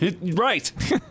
Right